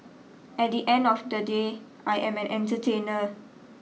at the end of the day I am an entertainer